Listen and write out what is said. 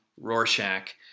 Rorschach